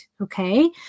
Okay